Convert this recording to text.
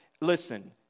listen